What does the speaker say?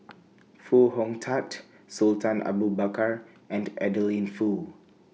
Foo Hong Tatt Sultan Abu Bakar and Adeline Foo